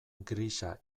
grisa